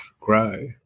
grow